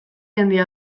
handia